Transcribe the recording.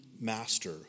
master